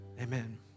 Amen